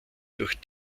durch